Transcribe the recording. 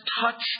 touched